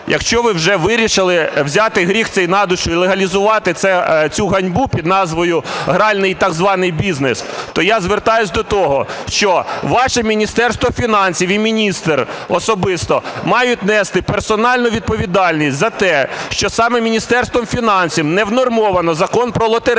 якщо ви вже вирішили взяти гріх цей на душу і легалізувати цю ганьбу під назвою "гральний", так званий, бізнес, то я звертаюся до того, що ваше Міністерство фінансів і міністр особисто мають нести персональну відповідальність за те, що саме Міністерством фінансів не внормовано Закон про лотереї,